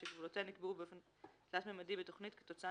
שגבולותיה נקבעו באופן תלת־ממדי בתכנית כתוצאה